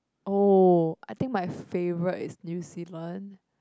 oh I think my favourite it New Zealand